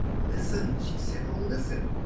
listen! she said. oh, listen!